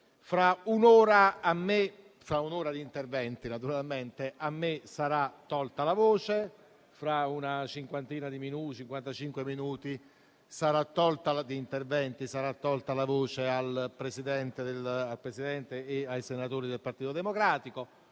fra un'ora di interventi, naturalmente, a me sarà tolta la voce; fra una cinquantina di minuti di interventi sarà tolta la voce al Presidente e ai senatori del Partito Democratico;